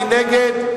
מי נגד,